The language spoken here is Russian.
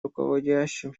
руководящим